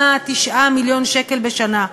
8, 9 מיליון שקל בשנה,